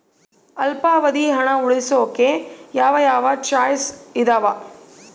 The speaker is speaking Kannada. ಅಲ್ಪಾವಧಿ ಹಣ ಉಳಿಸೋಕೆ ಯಾವ ಯಾವ ಚಾಯ್ಸ್ ಇದಾವ?